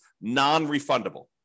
non-refundable